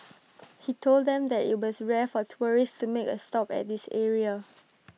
he told them that IT was rare for tourists to make A stop at this area